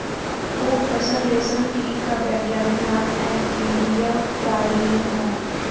okay तसर रेशम कीट का वैज्ञानिक नाम एन्थीरिया प्राइलीन है